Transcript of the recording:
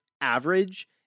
average